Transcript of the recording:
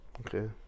Okay